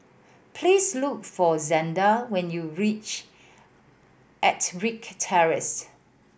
please look for Zander when you reach Ettrick Terrace